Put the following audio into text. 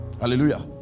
hallelujah